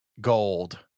Gold